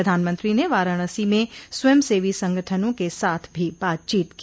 प्रधानमंत्री ने वाराणसी में स्वयंसेवी संगठनों के साथ भी बातचीत की